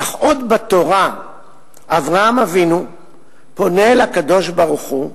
אך עוד בתורה אברהם אבינו פונה לקדוש-ברוך-הוא,